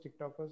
TikTokers